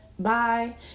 bye